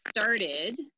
started